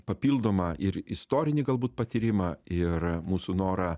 papildomą ir istorinį galbūt patyrimą ir mūsų norą